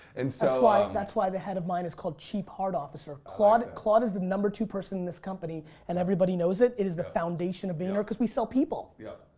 and so ah that's why the head of mine is called chief heart officer, claude. claude is the number two person in this company and everybody knows it. it is the foundation at vayner because we sell people. yep,